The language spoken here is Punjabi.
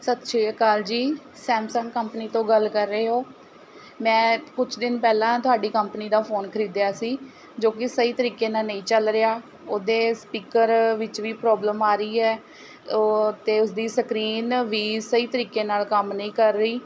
ਸਤਿ ਸ਼੍ਰੀ ਅਕਾਲ ਜੀ ਸੈਮਸੰਗ ਕੰਪਨੀ ਤੋਂ ਗੱਲ ਕਰ ਰਹੇ ਹੋ ਮੈਂ ਕੁਛ ਦਿਨ ਪਹਿਲਾਂ ਤੁਹਾਡੀ ਕੰਪਨੀ ਦਾ ਫ਼ੋਨ ਖ਼ਰੀਦਿਆ ਸੀ ਜੋ ਕਿ ਸਹੀ ਤਰੀਕੇ ਨਾਲ਼ ਨਹੀਂ ਚੱਲ ਰਿਹਾ ਉਹਦੇ ਸਪੀਕਰ ਵਿੱਚ ਵੀ ਪ੍ਰੋਬਲਮ ਆ ਰਹੀ ਹੈ ਉਹ ਅਤੇ ਉਸਦੀ ਸਕਰੀਨ ਵੀ ਸਹੀ ਤਰੀਕੇ ਨਾਲ਼ ਕੰਮ ਨਹੀਂ ਕਰ ਰਹੀ